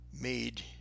made